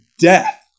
death